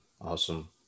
Awesome